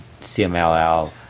CMLL